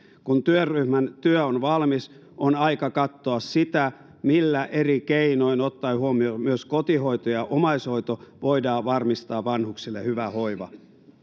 kun työryhmän työ on valmis on aika katsoa sitä millä eri keinoin ottaen huomioon myös kotihoito ja omaishoito voidaan varmistaa vanhuksille hyvä hoiva